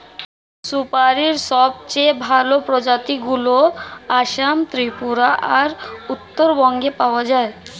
সুপারীর সবচেয়ে ভালো প্রজাতিগুলো আসাম, ত্রিপুরা আর উত্তরবঙ্গে পাওয়া যায়